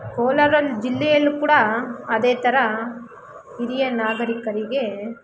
ಕೋಲಾರಲ್ಲಿ ಜಿಲ್ಲೆಯಲ್ಲೂ ಕೂಡ ಅದೇ ಥರ ಹಿರಿಯ ನಾಗರೀಕರಿಗೆ